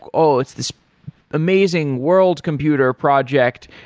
oh, it's this amazing world computer project.